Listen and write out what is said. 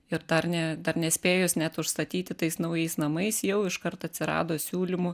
ir dar ne dar nespėjus net užstatyti tais naujais namais jau iškart atsirado siūlymų